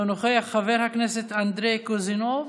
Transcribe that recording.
אינו נוכח, חבר הכנסת אנדרי קוז'ינוב,